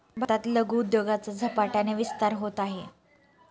भारतात लघु उद्योगाचा झपाट्याने विस्तार होत आहे